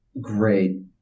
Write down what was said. Great